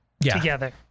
together